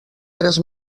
tres